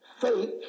fake